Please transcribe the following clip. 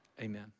amen